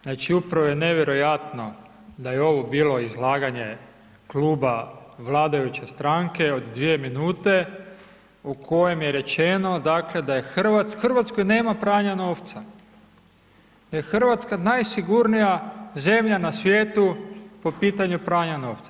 Znači, upravo je nevjerojatno da je ovo bilo izlaganje Kluba vladajuće stranke od dvije minute, u kojem je rečeno, dakle da je Hrvatska, u Hrvatskoj nema pranja novca, da je Hrvatska najsigurnija zemlja na svijetu po pitanju pranja novca.